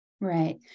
Right